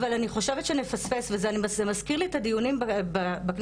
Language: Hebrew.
אבל אני חושבת שנפספס וזה מזכיר לי את הדיונים בכנסת,